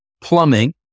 plumbing